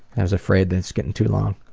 i was afraid that it's getting too long.